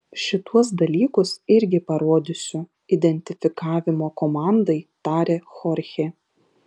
šituos dalykus irgi parodysiu identifikavimo komandai tarė chorchė